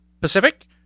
Pacific